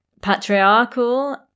patriarchal